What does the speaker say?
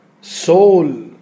soul